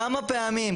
כמה פעמים,